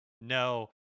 No